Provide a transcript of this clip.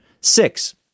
Six